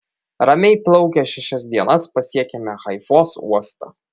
ramiai plaukę šešias dienas pasiekėme haifos uostą